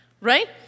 Right